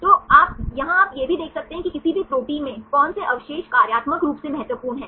तो यहां आप यह भी देख सकते हैं कि किसी भी प्रोटीन में कौन से अवशेष कार्यात्मक रूप से महत्वपूर्ण हैं